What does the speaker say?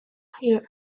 here